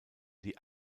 die